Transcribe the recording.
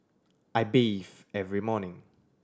I bathe every morning